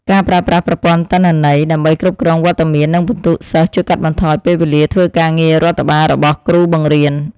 ការប្រើប្រាស់ប្រព័ន្ធទិន្នន័យដើម្បីគ្រប់គ្រងវត្តមាននិងពិន្ទុសិស្សជួយកាត់បន្ថយពេលវេលាធ្វើការងាររដ្ឋបាលរបស់គ្រូបង្រៀន។